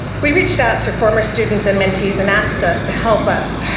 we reached out to former students and mentees and asked us to help us,